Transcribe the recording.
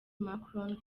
macron